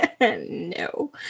No